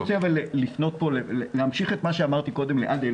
אני רוצה להמשיך את מה שאמרתי קודם לעאדל